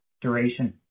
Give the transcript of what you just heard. duration